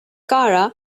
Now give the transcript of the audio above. cara